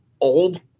old